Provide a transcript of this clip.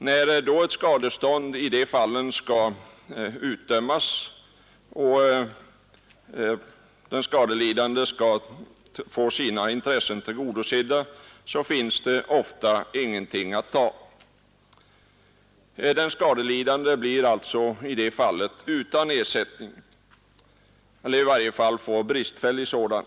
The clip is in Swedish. När ett skadestånd i sådana fall skall utdömas och den skadelidande få sina intressen tillgodosedda finns det ofta ingenting att ta. Den skadelidande blir alltså utan ersättning eller får i varje fall bristfällig sådan.